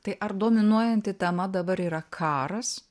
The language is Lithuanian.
tai ar dominuojanti tema dabar yra karas